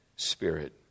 spirit